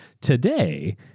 Today